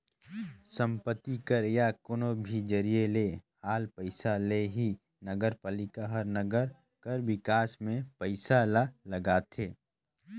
संपत्ति कर या कोनो भी जरिए ले आल पइसा ले ही नगरपालिका हर नंगर कर बिकास में पइसा ल लगाथे